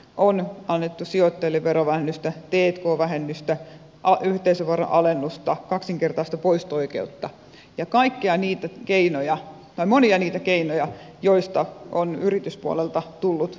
on annettu sijoittajille verovähennystä t k vähennystä yhteisöveron alennusta kaksinkertaista poisto oikeutta ja monia niitä keinoja joista on yrityspuolelta tullut toiveita